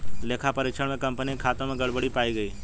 लेखा परीक्षण में कंपनी के खातों में गड़बड़ी पाई गई